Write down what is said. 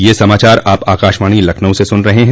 ब्रे क यह समाचार आप आकाशवाणी लखनऊ से सुन रहे हैं